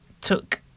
took